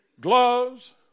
Gloves